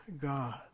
God